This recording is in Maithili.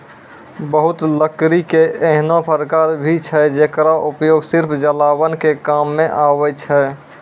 बहुत लकड़ी के ऐन्हों प्रकार भी छै जेकरो उपयोग सिर्फ जलावन के काम मॅ आवै छै